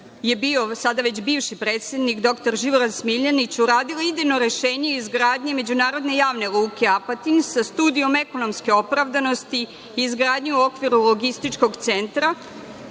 je bio sada već bivši predsednik dr Živorad Smiljanić, uradila idejno rešenje izgradnje međunarodne javne luke Apatin i sa studijom ekonomske opravdanosti izgradnje u okviru logističkog centra.